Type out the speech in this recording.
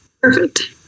Perfect